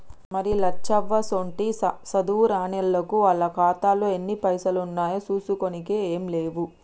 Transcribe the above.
మరి లచ్చవ్వసోంటి సాధువు రానిల్లకు వాళ్ల ఖాతాలో ఎన్ని పైసలు ఉన్నాయో చూసుకోనికే ఏం లేవు